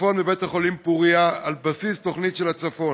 לצפון בבית החולים פוריה על בסיס התוכנית של הצפון.